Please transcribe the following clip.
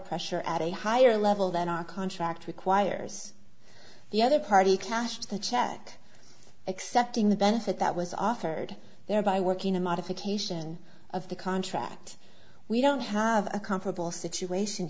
pressure at a higher level than our contract requires the other party cashed the check accepting the benefit that was offered thereby working a modification of the contract we don't have a comparable situation